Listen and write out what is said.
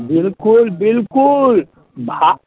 बिलकुल बिलकुल भा